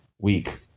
week